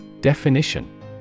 Definition